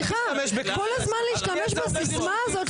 כל הזמן להשתמש בסיסמה הזאת,